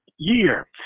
year